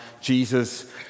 Jesus